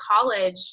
college